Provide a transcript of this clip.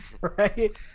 right